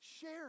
share